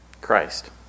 Christ